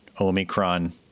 Omicron